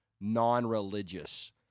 non-religious